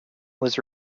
was